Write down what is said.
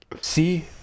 See